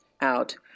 out